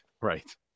right